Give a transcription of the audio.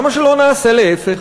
למה שלא נעשה להפך?